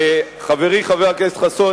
וחברי חבר הכנסת חסון,